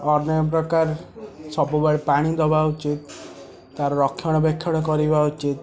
ଅନେକପ୍ରକାର ସବୁବେଳେ ପାଣି ଦେବା ଉଚିତ ତା'ର ରକ୍ଷଣବେକ୍ଷଣ କରିବା ଉଚିତ